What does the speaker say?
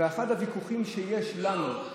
אחד הוויכוחים שיש לנו, לא, הוא,